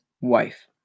wife